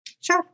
Sure